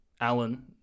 Alan